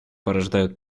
порождают